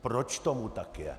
Proč tomu tak je?